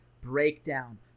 Breakdown